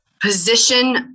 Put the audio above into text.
position